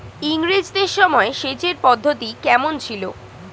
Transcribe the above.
ইঙরেজদের সময় সেচের পদ্ধতি কমন ছিল?